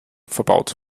verbaut